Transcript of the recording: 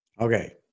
okay